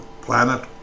planet